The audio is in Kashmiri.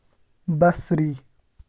بصری